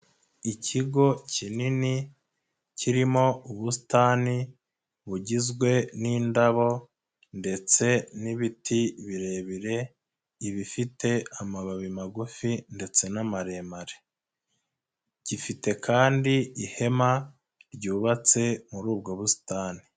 Ikigo kinini kirimo ubusitani bugizwe n'indabo ndetse n'ibiti birebire, ibifite amababi magufi ndetse n'amaremare. Gifite kandi ihema ryubatse muri ubwo busitani.